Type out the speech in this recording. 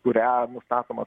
kuria nustatomas